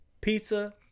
pizza